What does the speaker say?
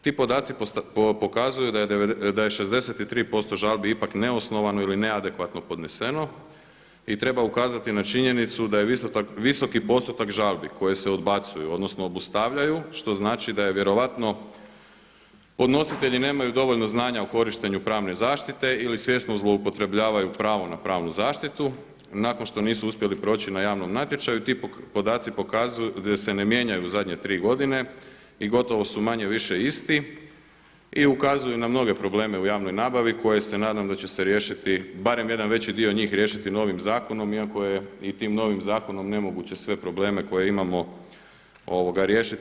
Ti podaci pokazuju da je 63% žalbi ipak neosnovano ili neadekvatno podneseno i treba ukazati na činjenicu da je visoki postotak žalbi koje se odbacuju odnosno obustavljaju što znači da je vjerojatno podnositelji nemaju dovoljno znanja u korištenju pravne zaštite ili svjesno zloupotrebljavaju pravo na pravnu zaštitu, nakon što nisu uspjeli proći na javnom natječaju ti podaci pokazuju da se ne mijenjaju u zadnje tri godine i gotovo su manje-više isti i ukazuju na mnoge probleme u javnoj nabavi koje se nadam da će se riješiti barem jedan veći dio njih riješiti novim zakonom iako je i tim novim zakonom nemoguće sve probleme koje imamo riješiti.